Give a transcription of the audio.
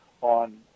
on